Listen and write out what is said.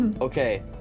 Okay